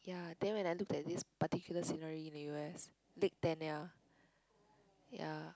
ya then when I look at this particular scenery in the U_S lake-tenaya ya